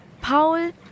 Paul